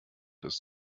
des